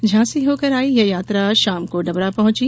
झाँसी होकर आई यह यात्रा शाम को डबरा पहुँची